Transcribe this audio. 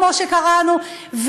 כמו שקראנו לו,